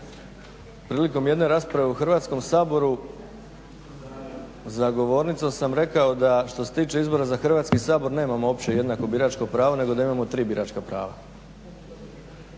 Prilikom jedne raspravu u Hrvatskom saboru za govornicom sam rekao da što se tiče izbora za Hrvatski sabor nemamo uopće jednako biračko pravo nego da imamo tri biračka prava.